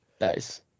Nice